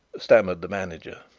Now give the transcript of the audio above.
stammered the manager.